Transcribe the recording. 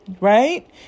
right